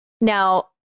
Now